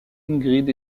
ingrid